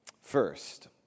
First